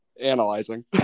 Analyzing